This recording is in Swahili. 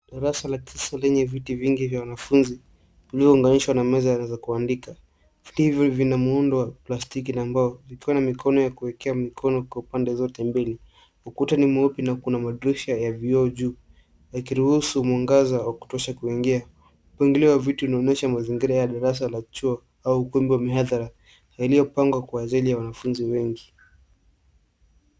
Darasa kubwa lenye viti vingi vya wanafunzi. Kila kiti kimeunganishwa na meza ndogo ya kuandika. Viti vimeundwa kwa plastiki yenye rangi. Kila kiti kina nafasi za mikono pande zote. Ukuta ni mweupe na kuna madirisha madogo, lakini mwanga au hewa haingii kwa urahisi. Vitu vilivyopangwa vinasaidia mazingira ya darasa la chuo au ukumbi wa mihadhara. Kila kiti kimepangwa kwa utaratibu kwa ajili ya wanafunzi wengi.